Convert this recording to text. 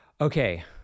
okay